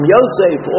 Yosef